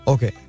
Okay